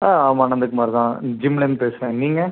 ஆ ஆமாம் நந்தகுமார் தான் ஜிம்லேருந்து பேசுகிறேன் நீங்கள்